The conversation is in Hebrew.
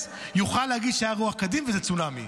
יוכל להגיד שהייתה רוח קדים וזה צונאמי.